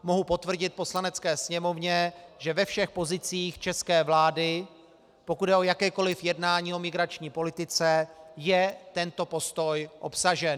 Mohu potvrdit Poslanecké sněmovně, že ve všech pozicích české vlády, pokud jde o jakékoliv jednání o migrační politice, je tento postoj obsažen.